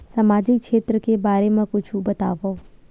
सामजिक क्षेत्र के बारे मा कुछु बतावव?